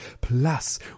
Plus